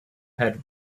head